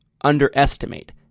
underestimate